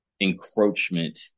encroachment